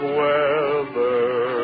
weather